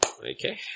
Okay